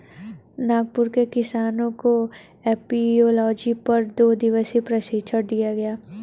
नागपुर के किसानों को एपियोलॉजी पर दो दिवसीय प्रशिक्षण दिया गया